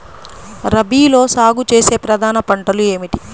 రబీలో సాగు చేసే ప్రధాన పంటలు ఏమిటి?